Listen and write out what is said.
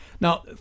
Now